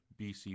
BC